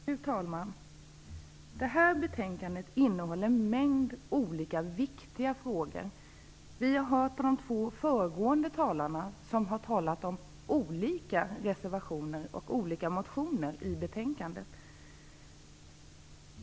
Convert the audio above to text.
Fru talman! Det här betänkandet innehåller en mängd olika viktiga frågor. De två föregående talarna har talat om olika reservationer och olika motioner i betänkandet.